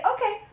okay